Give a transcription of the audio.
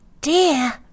dear